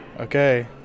Okay